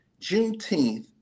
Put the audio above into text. Juneteenth